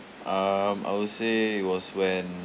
um I would say it was when